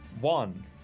One